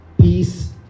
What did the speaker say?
peace